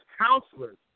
counselors